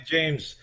James